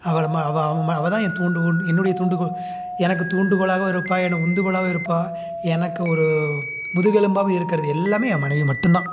அவள் மா அவ அவ மா அவ தான் என் தூண்டுகோல்னு என்னுடைய தூண்டுகோல் எனக்கு தூண்டுகோலாகவும் இருப்பாள் எனக்கு உந்துகோலாகவும் இருப்பாள் எனக்கு ஒரு முதுகெலும்பாகவும் இருக்கிறது எல்லாமே என் மனைவி மட்டும் தான்